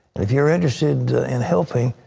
if you're interested in helping,